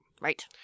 Right